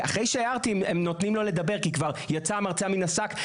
אחרי שהערתי הם כבר נותנים לו לדבר כי כבר יצא המרצע מהשק,